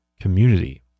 community